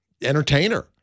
entertainer